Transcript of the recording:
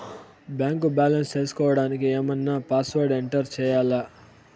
Bank balance తెలుసుకోవడానికి ఏమన్నా password enter చేయాలా?